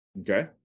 Okay